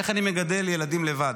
איך אני מגדל ילדים לבד.